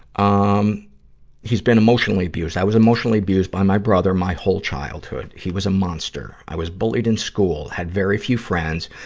um he's been emotionally abused. i was emotionally abused by my brother my whole childhood. he was a monster. i was bullied in school, had very few friends.